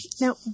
Now